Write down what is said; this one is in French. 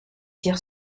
tir